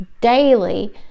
daily